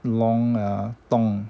long ah tong